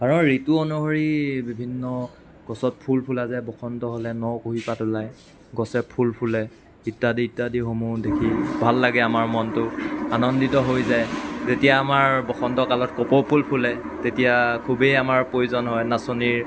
আৰু ঋতু অনুসৰি বিভিন্ন গছত ফুল ফুলা যায় বসন্ত হ'লে ন কুঁহিপাত ওলায় গছে ফুল ফুলে ইত্যাদি ইত্যাদিসমূহ দেখি ভাল লাগে আমাৰ মনটো আনন্দিত হৈ যায় যেতিয়া আমাৰ বসন্ত কালত কপৌফুল ফুলে তেতিয়া খুবেই আমাৰ প্ৰয়োজন হয় নাচনিৰ